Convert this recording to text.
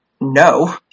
No